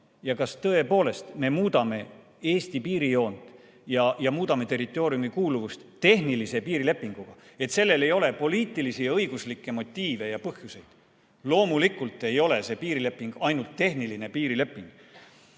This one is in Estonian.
Kas me tõepoolest muudame Eesti piirijoont ja muudame territooriumi kuuluvust tehnilise piirilepinguga ja sellel ei ole poliitilisi ja õiguslikke motiive ja põhjuseid? Loomulikult ei ole see piirileping ainult tehniline piirileping,